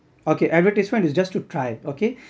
okay advertisement is just to try okay